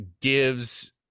gives